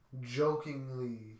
jokingly